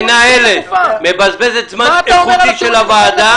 אני אגיד אותה כדי שהיא תירשם בפרוטוקול.